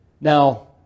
Now